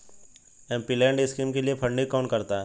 MPLAD scheme के लिए funding कौन करता है?